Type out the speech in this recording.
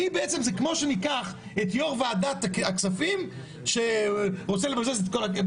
זה כמו שניקח את יושב-ראש ועדת הכספים שרוצה לבזבז את כל הכסף,